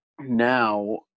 now